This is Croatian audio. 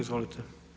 Izvolite.